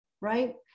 right